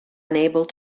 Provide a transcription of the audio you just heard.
unable